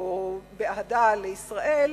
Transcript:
או אהדה לישראל,